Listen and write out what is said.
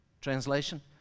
Translation